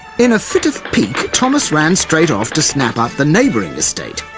in a fit of pique, thomas ran straight off to snap up the neighbouring estate.